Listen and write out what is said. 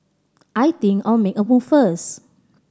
I think I'll make a move first